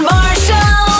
Marshall